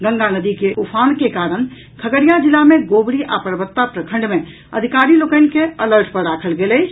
गंगा नदी मे उफान के कारण खगड़िया जिला मे गोबरी आ परबत्ता प्रखंड मे अधिकारी लोकनि के अलर्ट पर राखल गेल अछि